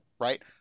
Right